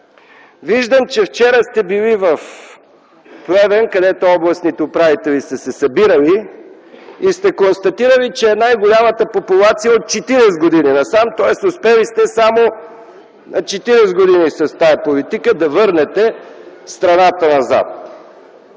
Виждам, че вчера сте били в Плевен, където областните управители са се събирали, и сте констатирали, че това е най-голямата популация от 40 години насам, тоест с тази политика сте успели да върнете страната назад